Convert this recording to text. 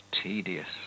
tedious